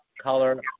color